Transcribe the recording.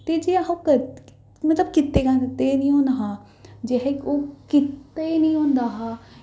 ते जे अस ओह् मतलब कीते दे निं होंदे निं होना हा जे असें ओह् कीते निं होंदा